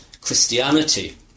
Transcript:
Christianity